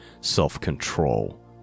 Self-control